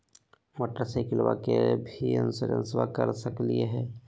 मोटरसाइकिलबा के भी इंसोरेंसबा करा सकलीय है?